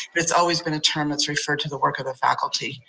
it's always been a term that's referred to the work of the faculty.